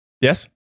yes